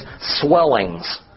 swellings